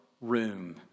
room